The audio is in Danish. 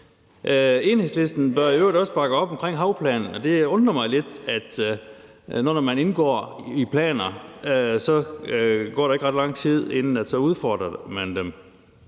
Enhedslisten bør i øvrigt også bakke op om havplanen, og det undrer mig lidt, at nu, når man indgår i planer, går der ikke ret lang tid, inden man så udfordrer dem.